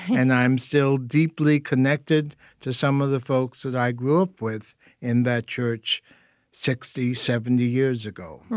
and i'm still deeply connected to some of the folks that i grew up with in that church sixty, seventy years ago